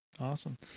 Awesome